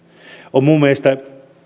on mielestäni